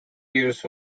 years